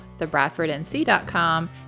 thebradfordnc.com